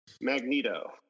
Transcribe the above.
magneto